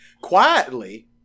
Quietly